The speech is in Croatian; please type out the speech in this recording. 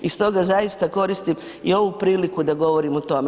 I stoga zaista koristim i ovu priliku da govorim o tome.